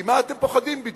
ממה אתם פוחדים בדיוק?